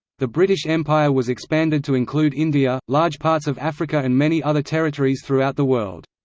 the british empire was expanded to include india, large parts of africa and many other territories throughout the world.